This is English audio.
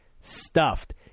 stuffed